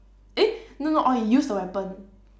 eh no no orh you use the weapon